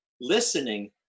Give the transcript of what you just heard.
listening